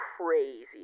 crazy